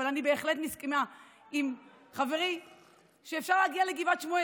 שאני בהחלט מסכימה עם חברי שאפשר להגיע לגבעת שמואל,